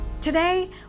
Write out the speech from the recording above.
Today